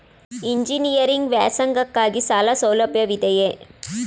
Engineering ವ್ಯಾಸಂಗಕ್ಕಾಗಿ ಸಾಲ ಸೌಲಭ್ಯವಿದೆಯೇ?